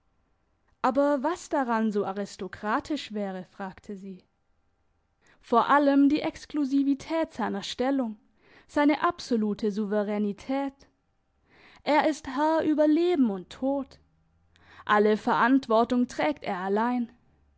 aber was daran so aristokratisch wäre fragte sie vor allem die exklusivität seiner stellung seine absolute souveränität er ist herr über leben und tod alle verantwortung trägt er allein